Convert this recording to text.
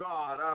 God